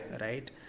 right